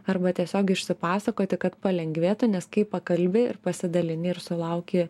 arba tiesiog išsipasakoti kad palengvėtų nes kai pakalbi ir pasidalini ir sulauki